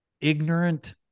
ignorant